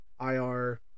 IR